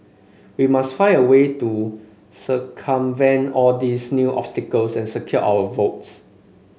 we must find a way to circumvent all these new obstacles and secure our votes